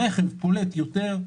הרכב פולט יותר.